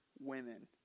women